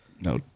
No